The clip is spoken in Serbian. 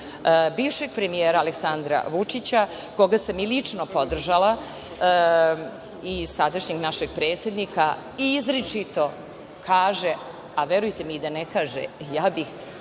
bivšeg premijera Aleksandra Vučića koga sam i lično podržala i sadašnjeg našeg predsednika izričito kaže, a verujte mi i da ne kaže, ja bih